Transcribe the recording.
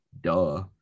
Duh